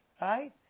right